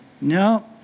No